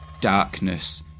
darkness